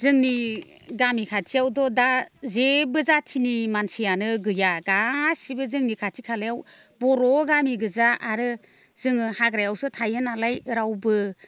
जोंनि गामि खाथियावथ' दा जेबो जाथिनि मानसियानो गैया गासिबो जोंनि खाथि खालायाव बर' गामिगोजा आरो जोङो हाग्रायावसो थायोनालाय रावबो